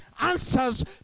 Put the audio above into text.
answers